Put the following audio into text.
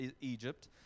Egypt